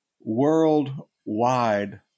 worldwide